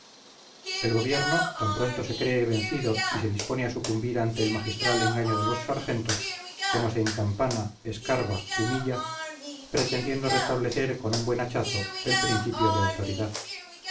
el gobierno tan pronto se cree vencido y se dispone a sucumbir ante el magistral engaño de los sargentos como se encampana escarba humilla pretendiendo restablecer con un buen hachazo el principio de autoridad